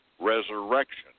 resurrection